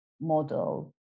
model